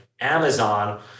Amazon